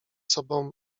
sobą